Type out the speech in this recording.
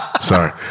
Sorry